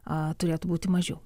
a turėtų būti mažiau